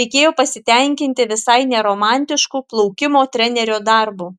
reikėjo pasitenkinti visai ne romantišku plaukimo trenerio darbu